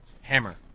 Hammer